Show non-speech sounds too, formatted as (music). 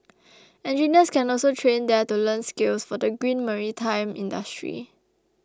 (noise) engineers can also train there to learn skills for the green maritime industry